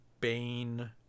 bane